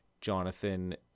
jonathan